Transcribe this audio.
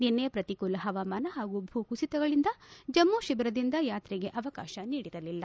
ನಿನ್ನೆ ಪ್ರತಿಕೂಲ ಹವಾಮಾನ ಹಾಗೂ ಭೂ ಕುಸಿತಗಳಿಂದ ಜಮ್ನು ಶಿಬಿರದಿಂದ ಯಾತ್ರೆಗೆ ಅವಕಾಶ ನೀಡಿರಲಿಲ್ಲ